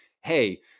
hey